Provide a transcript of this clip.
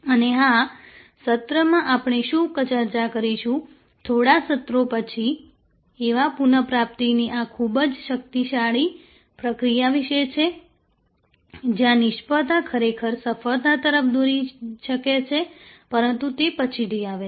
અને હા સત્રમાં આપણે શું ચર્ચા કરીશું થોડા સત્રો પછી સેવા પુનઃપ્રાપ્તિની આ ખૂબ જ શક્તિશાળી પ્રક્રિયા વિશે છે જ્યાં નિષ્ફળતા ખરેખર સફળતા તરફ દોરી શકે છે પરંતુ તે પછીથી આવે છે